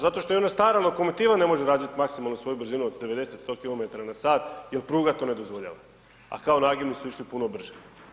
Zato što i ona stara lokomotiva ne može razviti maksimalno svoju brzinu od 90, 100 km na sat jer pruga to ne dozvoljava, a kao nagibni su išli puno brže.